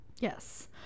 Yes